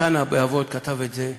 התנא באבות כתב את זה במשל,